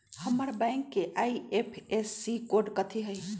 हमर बैंक के IFSC code कथि हई?